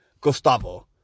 Gustavo